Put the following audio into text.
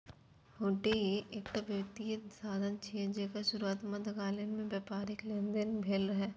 हुंडी एकटा वित्तीय साधन छियै, जेकर शुरुआत मध्यकाल मे व्यापारिक लेनदेन लेल भेल रहै